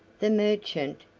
the merchant,